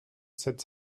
sept